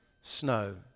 snow